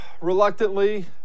reluctantly